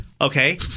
Okay